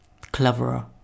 cleverer